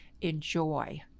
enjoy